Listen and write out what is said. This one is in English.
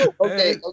okay